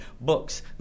Books